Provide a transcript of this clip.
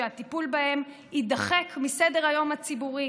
שהטיפול בהם יידחק מסדר-היום הציבורי.